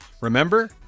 Remember